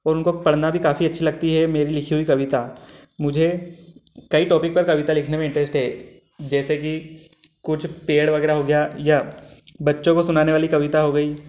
और उनको पढ़ना भी काफ़ी अच्छी लगती है मेरी लिखी हुई कविता मुझे कई टॉपिक पर कविता लिखने में इंटरेस्ट है जैसे कि कुछ पेड़ वगैरह हो गया या बच्चों को सुनाने वाली कविता हो गई